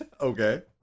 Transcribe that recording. Okay